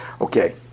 Okay